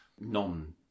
non